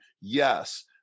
yes